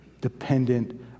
dependent